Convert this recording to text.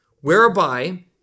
whereby